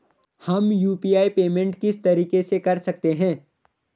हम UPI payment किस तरीके से कर सकते हैं?